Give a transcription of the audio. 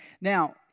Now